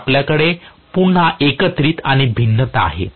तर आपल्याकडे पुन्हा एकत्रित आणि भिन्नता आहे